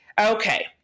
Okay